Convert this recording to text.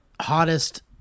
hottest